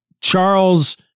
Charles